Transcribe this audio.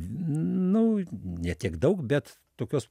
nu ne tiek daug bet tokios